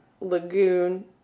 lagoon